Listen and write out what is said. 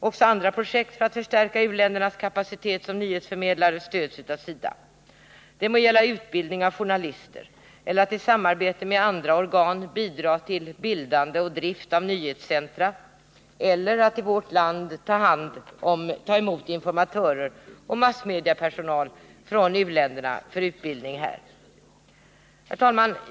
Också andra projekt för att förstärka u-ländernas kapacitet som nyhetsförmedlare stöds av SIDA. Det må gälla utbildning av journalister eller att i samarbete med andra organ bidra till bildande och drift av nyhetscentra eller att i vårt land ta emot informatörer och massmediapersonal från u-länderna för utbildning här. Herr talman!